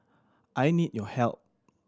I need your help